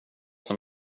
som